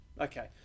okay